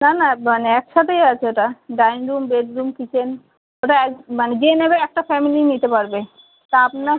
না না মানে একসাথেই আছে ওটা dining room bedroom kitchen ওটা এক মানে যে নেবে একটা ফ্যামিলিই নিতে পারবে তা আপনার